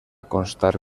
constar